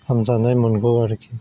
हामजानाय मोनगौ आरोखि